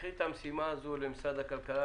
תיקחי את המשימה הזו למשרד הכלכלה,